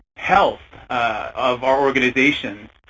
health of our organizations.